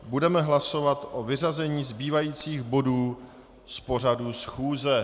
Budeme hlasovat o vyřazení zbývajících bodů z pořadu schůze.